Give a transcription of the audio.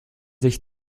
sich